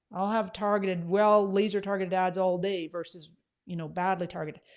i'll have targeted well laser targeted ads all day versus you know badly targeted.